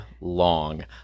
long